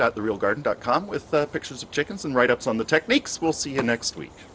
dot the real garden dot com with the pictures of chickens and write ups on the techniques we'll see you next week